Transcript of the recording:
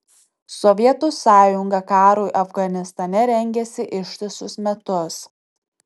sovietų sąjunga karui afganistane rengėsi ištisus metus